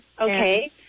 Okay